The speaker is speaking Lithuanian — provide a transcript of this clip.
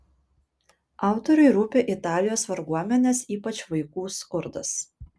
autoriui rūpi italijos varguomenės ypač vaikų skurdas